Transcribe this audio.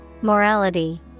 Morality